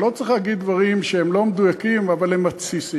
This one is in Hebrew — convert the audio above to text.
אבל לא צריך להגיד דברים שהם לא מדויקים אבל הם מתסיסים.